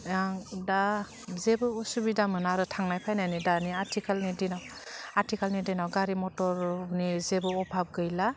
आं दा जेबो असुबिदा मोना आरो थांनाय फैनायनि दानि आथिखालनि दिनाव आथिखालनि दिनाव गारि मटरनि जेबो अभाब गैला